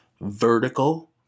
vertical